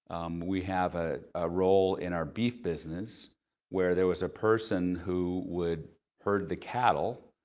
we have ah a role in our beef business where there was a person who would herd the cattle,